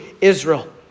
Israel